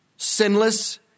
Sinless